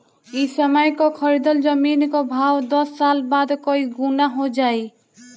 ए समय कअ खरीदल जमीन कअ भाव दस साल बाद कई गुना हो जाई